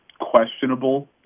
questionable